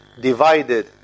divided